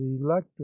electric